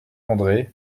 andré